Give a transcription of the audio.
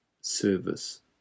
service